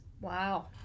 Wow